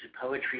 poetry